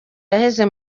yaheze